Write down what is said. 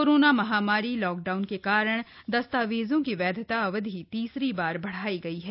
corona महामारी lockdown के कारण दस्तावेजों की वैधता अवधि तीसरी बार बढाई गई है